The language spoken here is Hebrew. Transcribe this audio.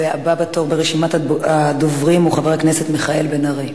והבא בתור ברשימת הדוברים הוא חבר הכנסת מיכאל בן-ארי.